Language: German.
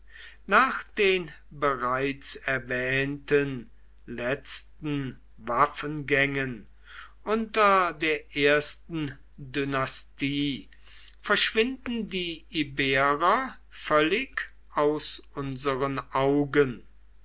nach den bereits erwähnten letzten waffengängen unter der ersten dynastie verschwinden die iberer völlig aus unseren augen